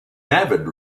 avid